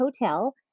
Hotel